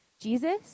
Jesus